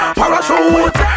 parachute